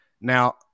now